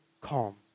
calm